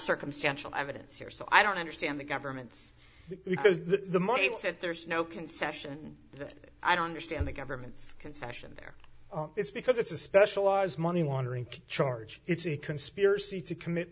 circumstantial evidence here so i don't understand the government's you know the money so there's no concession i don't understand the government's concession there it's because it's a specialized money laundering charge it's a conspiracy to commit